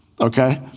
okay